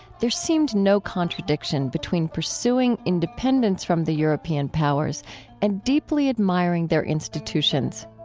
there seemed no contradiction between pursuing independence from the european powers and deeply admiring their institutions.